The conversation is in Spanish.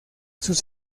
sus